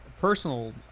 personal